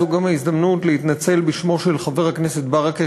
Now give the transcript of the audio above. וזו גם ההזדמנות להתנצל בשמו של חבר הכנסת ברכה,